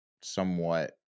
somewhat